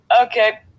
okay